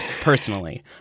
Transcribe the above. personally